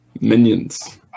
Minions